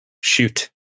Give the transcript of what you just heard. Shoot